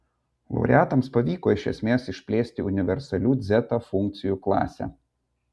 laureatams pavyko iš esmės išplėsti universalių dzeta funkcijų klasę